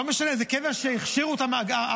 לא משנה, זה קבר שהכשירה אותו הרבנות.